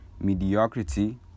mediocrity